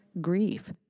grief